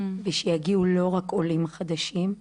ושיגיעו לא רק עולים חדשים,